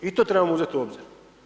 I to trebamo uzeti u obzir.